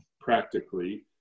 practically